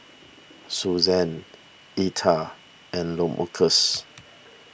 Susann Etha and Lamarcus